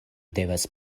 devas